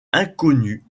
inconnu